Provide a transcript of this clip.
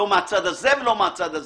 לא מהצד הזה ולא מהצד הזה.